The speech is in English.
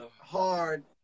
hard